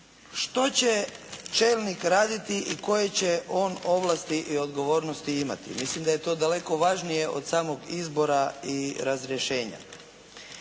što će čelnik raditi i koje će on ovlasti i odgovornosti imati. Mislim da je to daleko važnije od samog izbora i razrješenja.